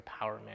empowerment